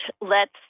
lets